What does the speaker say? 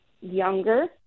younger